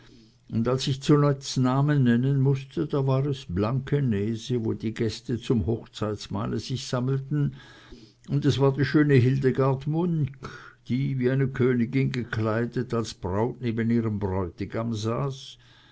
und als ich zuletzt namen nennen mußte da war es blankenese wo die gäste zum hochzeitsmahle sich sammelten und war es die schöne hildegard munk die wie eine königin gekleidet als braut neben ihrem bräutigam saß